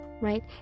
right